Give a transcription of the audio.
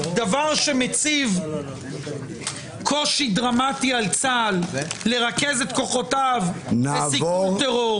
דבר שמציב קושי דרמטי על צה"ל לרכז את כוחותיו לסיכול טרור.